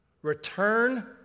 Return